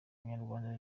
abanyarwanda